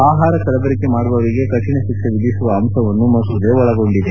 ಆಪಾರ ಕಲಬೆರಕೆ ಮಾಡುವವರಿಗೆ ಕಠಿಣ ಶಿನಕ್ಷೆ ವಿಧಿಸುವ ಅಂಶವನ್ನೂ ಮಸೂದೆ ಒಳಗೊಂಡಿದೆ